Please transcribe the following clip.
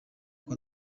kwa